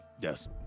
yes